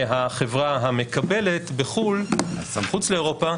שהחברה המקבלת בחו"ל מחוץ לאירופה,